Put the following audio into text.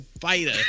fighter